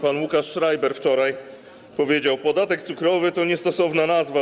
Pan Łukasz Schreiber wczoraj powiedział: Podatek cukrowy to niestosowna nazwa.